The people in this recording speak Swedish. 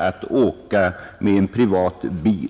att åka med privat bil.